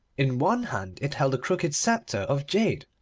in one hand it held a crooked sceptre of jade,